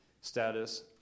status